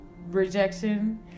rejection